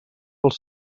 als